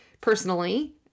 personally